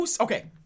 Okay